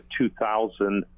2,000